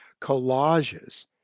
collages